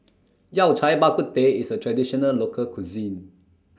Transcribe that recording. Yao Cai Bak Kut Teh IS A Traditional Local Cuisine